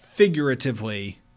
Figuratively